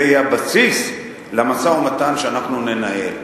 זה יהיה הבסיס למשא-ומתן שאנחנו ננהל.